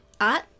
Art